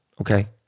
Okay